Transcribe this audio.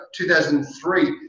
2003